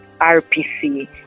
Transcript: RPC